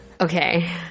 okay